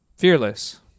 fearless